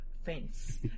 Fence